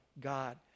God